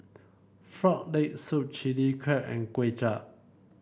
Frog Leg Soup Chilli Crab and Kway Chap